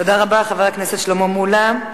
תודה רבה, חבר הכנסת שלמה מולה.